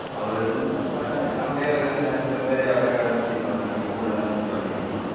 அவர் இருந்தப்போ அப்படியே இன்னும் சில பேர் அப்படியே கடைபிடிச்சு கிட்டு வராங்க இப்போ உள்ள அரசியல்வாதிங்களெலாம்